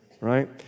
right